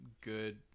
good –